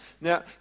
now